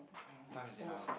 what time is it now